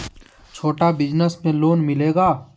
छोटा बिजनस में लोन मिलेगा?